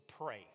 pray